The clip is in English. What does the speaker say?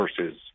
versus